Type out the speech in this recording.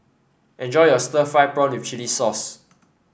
enjoy your Stir Fried Prawn with Chili Sauce